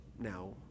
Now